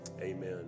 Amen